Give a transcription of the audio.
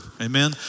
Amen